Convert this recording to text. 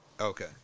Okay